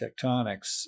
tectonics